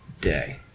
day